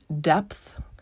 depth